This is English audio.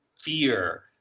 fear